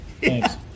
Thanks